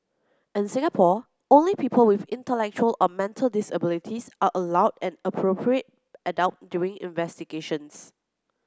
in Singapore only people with intellectual or mental disabilities are allowed an appropriate adult during investigations